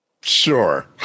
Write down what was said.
Sure